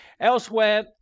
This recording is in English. Elsewhere